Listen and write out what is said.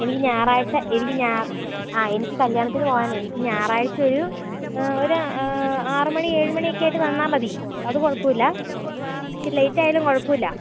എനിക്ക് ഞായറാഴ്ച എനിക്ക് ഞായ ആ എനിക്ക് കല്യാണത്തിനെ പോവുകയാണ് എനിക്ക് ഞായറാഴ്ച ഒരു ഒരു ആറ് മണി ഏഴ് മണിക്കായിട്ട് തന്നാൽമതി അത് കുഴപ്പമില്ല ഇച്ചിരി ലൈറ്റ് ആയാലും കുഴപ്പമില്ല